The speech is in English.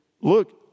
look